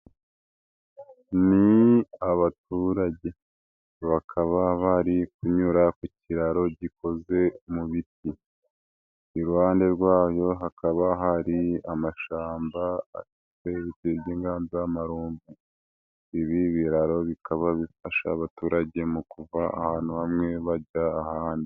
Ni abaturage bakaba bari kunyura ku kiraro gikoze mu biti, iruhande rwabo hakaba hari amashamba y'inganzamarumbo, ibi biraro bikaba bifasha abaturage mu kuva ahantu hamwe bajya ahanandi.